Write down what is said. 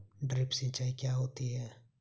Drip सिंचाई क्या होती हैं?